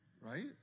right